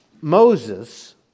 Moses